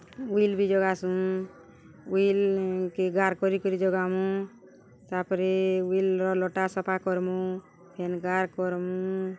ଉଇଲ୍ ବି ଜଗାସୁଁ ଉଇଲ୍ କେ ଗାର୍ କରି କରି ଜୋଗାମୁ ତା'ପରେ ଉଇଲର୍ ଲଟା ସଫା କର୍ମୁ ଫେନ୍ ଗାର୍ କର୍ମୁ